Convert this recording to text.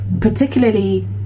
particularly